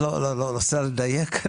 אני רוצה לדייק,